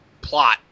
plot